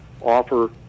offer